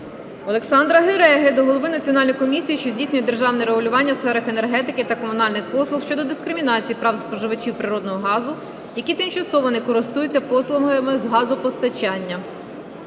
Олександра Гереги до голови Національної комісії, що здійснює державне регулювання у сферах енергетики та комунальних послуг щодо дискримінації прав споживачів природного газу, які тимчасово не користуються послугами з газопостачання.